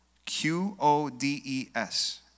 Q-O-D-E-S